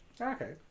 Okay